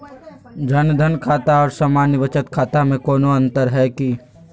जन धन खाता और सामान्य बचत खाता में कोनो अंतर है की?